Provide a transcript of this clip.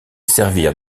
servir